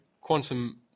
quantum